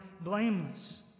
blameless